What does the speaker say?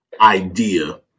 idea